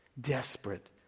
desperate